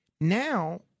Now